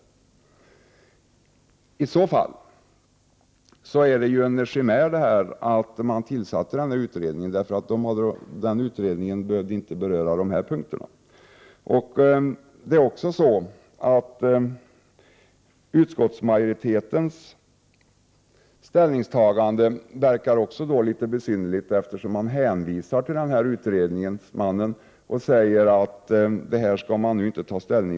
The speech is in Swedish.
Men i så fall kan man tala om en chimär när det gäller utredningen. Utredningen har ju inte behövt beröra dessa punkter. Vidare förefaller utskottsmajoritetens ställningstagande litet besynnerligt. Man hänvisar till utredningsmannen och säger att ställning inte behöver tas nu.